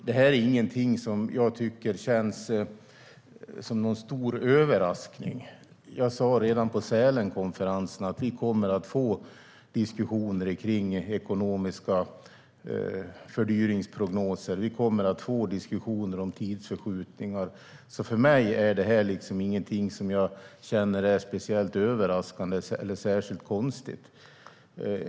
Det är ingenting som känns som någon stor överraskning. Jag sa redan på Sälenkonferensen att vi kommer att få diskussioner om prognoser om fördyringar och tidsförskjutningar. För mig är det ingenting som jag känner är speciellt överraskande eller särskilt konstigt.